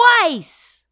twice